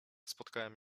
spotkałem